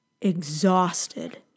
exhausted